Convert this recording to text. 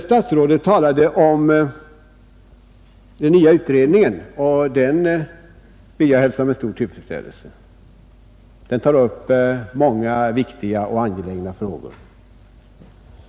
Statsrådet talade om den nya utredningen, och den vill jag hälsa med stor tillfredsställelse. Den tar upp många viktiga och angelägna frågor.